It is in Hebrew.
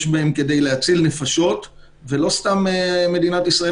יש בהם כדי להציל נפשות לא סתם מדינת ישראל